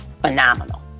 phenomenal